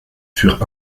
furent